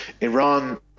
Iran